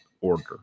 Order